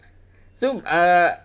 so uh